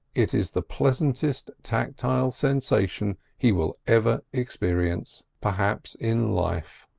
it is the pleasantest tactile sensation he will ever experience, perhaps, in life.